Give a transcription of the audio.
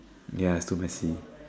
ya it's too messy